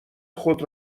خود